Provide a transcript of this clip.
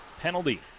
penalty